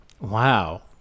Wow